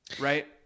right